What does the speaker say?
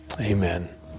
Amen